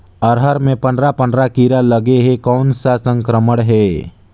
अरहर मे पंडरा पंडरा कीरा लगे हे कौन सा संक्रमण हे?